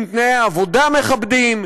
עם תנאי עבודה מכבדים,